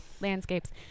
landscapes